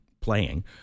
playing